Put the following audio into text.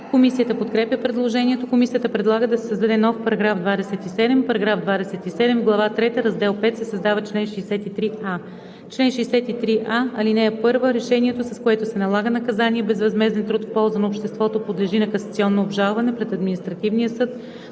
Комисията подкрепя предложението. Комисията предлага да се създаде нов § 27: „§ 27. В глава трета, раздел V се създава чл. 63а: „Чл. 63а. (1) Решението, с което се налага наказание безвъзмезден труд в полза на обществото, подлежи на касационно обжалване пред административния съд